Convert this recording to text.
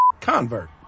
convert